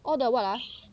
all the what ah